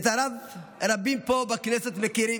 את הרב רבים פה בכנסת מכירים.